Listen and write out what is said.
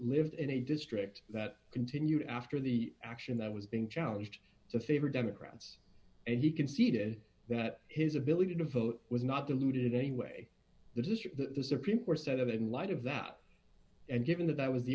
lived in a district that continued after the action that was being challenged to favor democrats and he conceded that his ability to vote was not diluted in any way the district that the supreme court set up in light of that and given that that was the